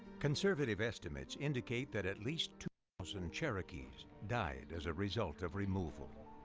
conservative estimates indicate that at least two thousand cherokees died as a result of removal.